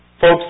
Folks